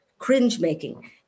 cringe-making